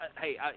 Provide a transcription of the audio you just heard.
Hey